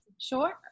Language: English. Sure